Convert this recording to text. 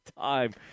time